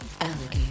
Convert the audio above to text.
alligator